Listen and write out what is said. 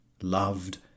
loved